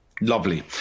Lovely